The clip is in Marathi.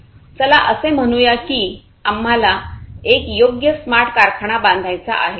चला असे म्हणूया की आम्हाला एक योग्य स्मार्ट कारखाना बांधायचा आहे